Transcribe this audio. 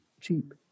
cheap